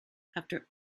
after